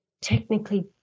technically